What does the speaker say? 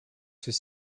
ceux